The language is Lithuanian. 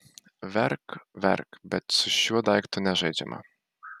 verk verk bet su šiuo daiktu nežaidžiama